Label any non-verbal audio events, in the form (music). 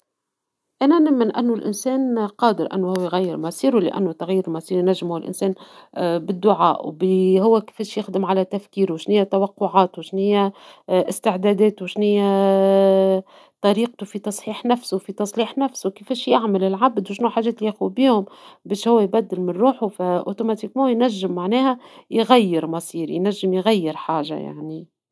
أينانم من أنه الإنسان قادر أن هو يغير مصيره لأنه تغيير المصير ينجموا الإنسان آآ بالدعاء وبهو كيفاش يخدم على تفكيره شنيا توقعاته شنيا آآ إستعداداته شنيا (hesitation) طريقته في تصحيح نفسه في تصليح نفسه كيفاش يعمل العبد وشنو حاجات ياخذ بهم باش هو يبدل روحه فأوتوماتيمو ينجم معناها يغير مصير ينجم يغير حاجة يعني.